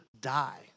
die